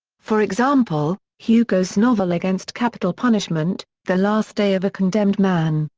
for example, hugo's novel against capital punishment, the last day of a condemned man,